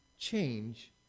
change